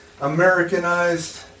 Americanized